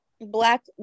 Black